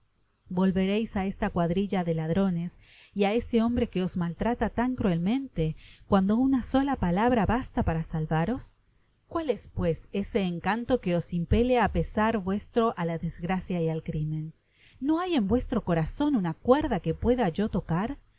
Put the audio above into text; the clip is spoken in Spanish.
volveréis á esa cuadrilla de ladrones y á'esé hombre que os maltrata tan cruelmente cuando una sola palabra basta para salvaros cuál es pues ese encanto que os impele á pesar vuestro á la desgracia y al crimen no hay en vuestro corazon una cuerda que pueda yo tocar